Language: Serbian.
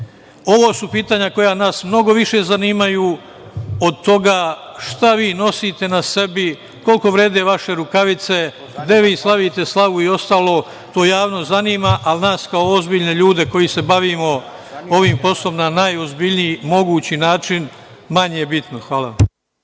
su pitanja koja nas mnogo više zanimaju od toga šta vi nosite na sebi, koliko vrede vaše rukavice, gde vi slavite slavu i ostalo. To javnost zanima, ali za nas kao ozbiljne ljude koji se bavimo ovim poslom na najozbiljniji mogući način manje je bitno. Hvala.